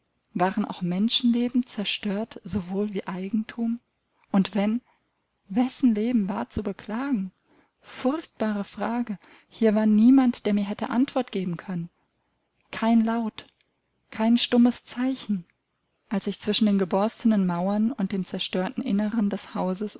waren auch menschenleben zerstört sowohl wie eigentum und wenn wessen leben war zu beklagen furchtbare frage hier war niemand der mir hätte antwort geben können kein laut kein stummes zeichen als ich zwischen den geborstenen mauern und dem zerstörten inneren des hauses